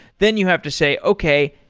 then you have to say, okay.